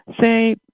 say